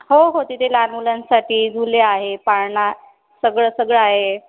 हो हो तिथे लहान मुलांसाठी झुले आहे पाळणा सगळं सगळं आहे